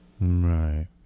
right